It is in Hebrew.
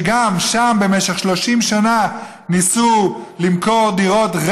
שגם שם במשך 30 שנה ניסו למכור דירות,